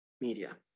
media